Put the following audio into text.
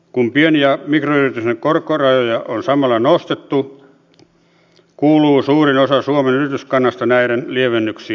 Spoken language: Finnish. kun pien ja mikroyritysten korkorajoja on samalla nostettu kuuluu suurin osa suomen yrityskannasta näiden lievennyksien piiriin